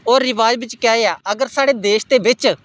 ओह् रवाज च केह् ऐ कि अगर साढ़ै देश दे बिच्च